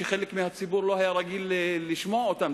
שחלק מהציבור לא היה רגיל לשמוע אותם,